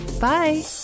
bye